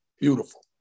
beautiful